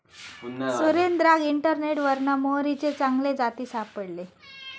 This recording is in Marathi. सुरेंद्राक इंटरनेटवरना मोहरीचे चांगले जाती सापडले